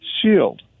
SHIELD